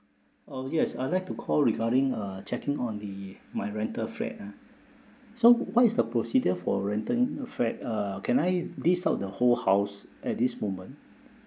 oh yes I'd like to call regarding uh checking on the my rental flat ah so what is the procedure for rental in~ flat uh can I lease out the whole house at this moment